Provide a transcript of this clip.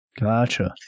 Gotcha